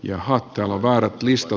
jaha kello väärät lista